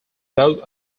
both